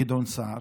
גדעון סער: